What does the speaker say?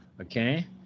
Okay